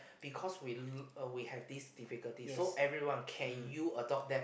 because we l~ uh we have this difficulty so everyone can you adopt that